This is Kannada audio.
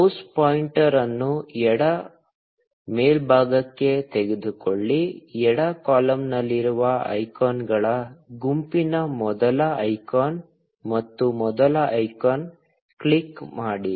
ಮೌಸ್ ಪಾಯಿಂಟರ್ ಅನ್ನು ಎಡ ಮೇಲ್ಭಾಗಕ್ಕೆ ತೆಗೆದುಕೊಳ್ಳಿ ಎಡ ಕಾಲಮ್ನಲ್ಲಿರುವ ಐಕಾನ್ಗಳ ಗುಂಪಿನ ಮೊದಲ ಐಕಾನ್ ಮತ್ತು ಮೊದಲ ಐಕಾನ್ ಕ್ಲಿಕ್ ಮಾಡಿ